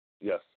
Yes